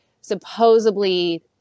supposedly